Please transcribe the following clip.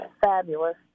fabulous